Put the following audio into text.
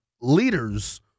leaders